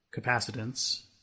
capacitance